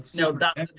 no dr.